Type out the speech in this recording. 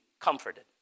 comforted